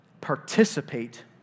participate